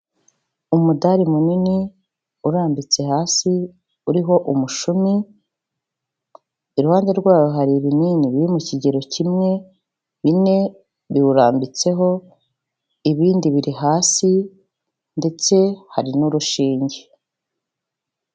Umudari munini, urambitse hasi, uriho umushumi, iruhande rwawo hari ibinini biri mu kigero kimwe, bine biwurambitseho, ibindi biri hasi, ndetse hari n'urushinge.